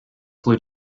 flew